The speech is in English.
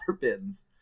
bins